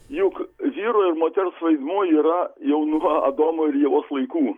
juk vyro ir moters vaidmuo yra jau nuo adomo ir ievos laikų